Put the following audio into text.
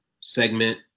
segment